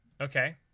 Okay